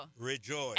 Rejoice